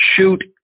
shoot